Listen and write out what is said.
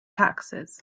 taxes